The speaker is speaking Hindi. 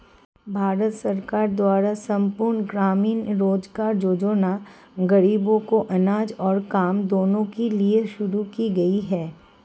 भारत सरकार द्वारा संपूर्ण ग्रामीण रोजगार योजना ग़रीबों को अनाज और काम देने के लिए शुरू की गई है